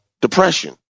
depression